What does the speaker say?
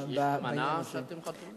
יש אמנה שאתם חתומים עליה?